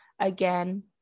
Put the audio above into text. again